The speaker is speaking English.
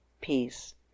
peace